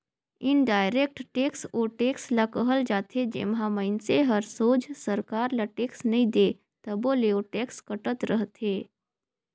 indirect tax ओ tax ल कहल जाथे जेम्हां मइनसे हर सोझ सरकार ल टेक्स नी दे तबो ले ओ टेक्स कटत रहथे